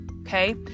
Okay